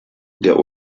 der